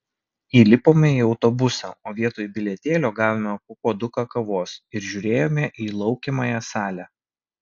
įlipome į autobusą o vietoj bilietėlio gavome po puoduką kavos ir žiūrėjome į laukiamąją salę